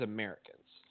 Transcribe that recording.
Americans